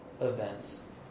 events